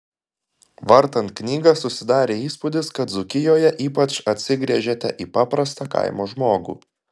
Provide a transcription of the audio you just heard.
vartant knygą susidarė įspūdis kad dzūkijoje ypač atsigręžėte į paprastą kaimo žmogų